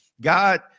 God